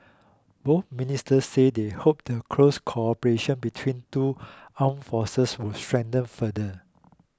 both ministers said they hoped the close cooperation between two armed forces would strengthen further